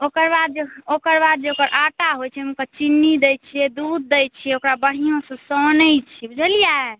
ओकरबाद जे ओकरबाद जे ओकर आँटा होइ छै ओहिमे चिनी दै छियै दूध दै छियै ओकरा बढ़िऑं सऽ सानै छियै बुझलिए